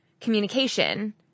communication